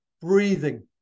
breathing